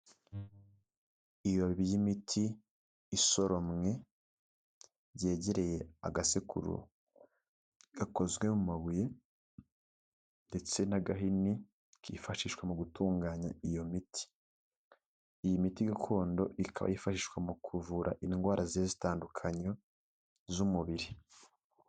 Ibibabi by'imiti isoromwe byegereye agasekuro gakozwe mu mabuye ndetse n'agahini kifashishwa mu gutunganya iyo miti. Iyi miti gakondo ikaba yifashishwa mu kuvura indwara zigiye zitandukanye z'umubiri.